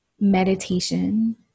meditation